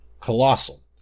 Colossal